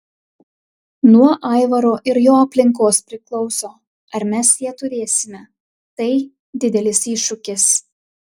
nuo aivaro ir jo aplinkos priklauso ar mes ją turėsime tai didelis iššūkis